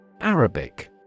Arabic